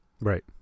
Right